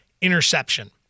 interception